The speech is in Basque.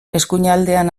eskuinean